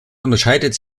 unterscheidet